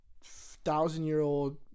thousand-year-old